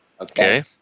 Okay